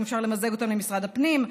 אם אפשר למזג אותם למשרד הפנים,